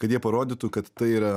kad jie parodytų kad tai yra